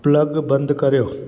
plug बंदि करियो